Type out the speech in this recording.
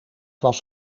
was